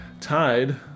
tied